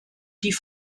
die